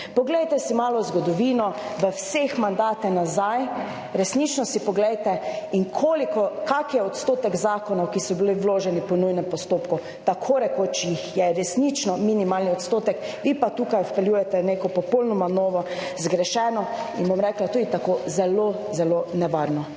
Poglejte si malo v zgodovino v vseh mandate nazaj, resnično si poglejte in koliko, kakšen je odstotek zakonov, ki so bili vloženi po nujnem postopku. Tako rekoč jih je resnično minimalni odstotek. Vi pa tukaj vpeljujete neko popolnoma novo, zgrešeno in, bom rekla, tudi tako zelo, zelo nevarno